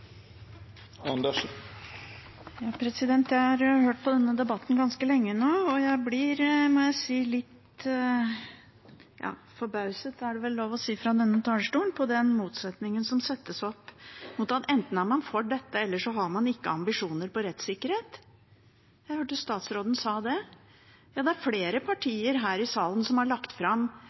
Jeg har hørt på denne debatten ganske lenge nå, og jeg blir, må jeg si, litt forbauset – det er det vel lov å si fra denne talerstolen – over den motsetningen som settes opp om at enten er man for dette, eller så har man ikke ambisjoner for rettssikkerhet. Jeg hørte statsråden si det. Det er flere partier her i salen som har lagt fram